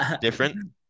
different